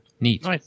Neat